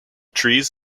trees